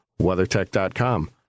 WeatherTech.com